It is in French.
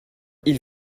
ils